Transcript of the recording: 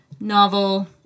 novel